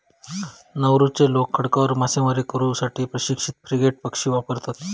नौरूचे लोक खडकांवर मासेमारी करू साठी प्रशिक्षित फ्रिगेट पक्षी वापरतत